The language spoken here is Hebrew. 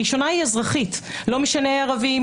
הראשונה היא אזרחית ולא משנה ערבים,